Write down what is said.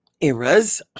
eras